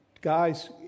guys